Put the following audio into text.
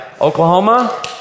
Oklahoma